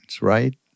right